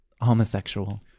homosexual